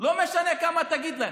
לא משנה כמה תגיד להם.